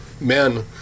men